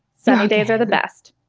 so days are the best.